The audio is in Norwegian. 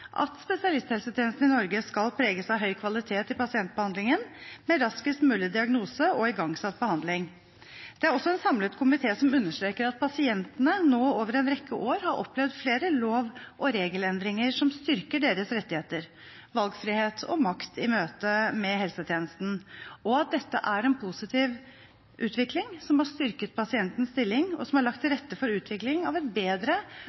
at spesialisthelsetjenesten i Norge skal preges av høy kvalitet i pasientbehandlingen, med raskest mulig diagnose og igangsatt behandling. Det er også en samlet komité som understreker at pasientene nå over en rekke år har opplevd flere lov- og regelendringer som styrker deres rettigheter, valgfrihet og makt i møte med helsetjenesten, og at dette er en positiv utvikling som har styrket pasientens stilling og lagt til rette for utvikling av et bedre